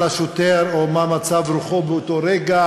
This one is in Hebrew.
ותחושת הבטן תלויה במה אכל השוטר או מה מצב רוחו באותו רגע,